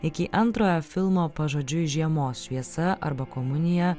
iki antrojo filmo pažodžiui žiemos šviesa arba komunija